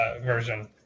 version